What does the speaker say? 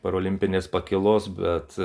parolimpinės pakylos bet